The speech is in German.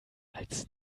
als